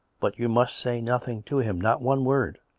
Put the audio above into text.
but you must say nothing to him, not one word.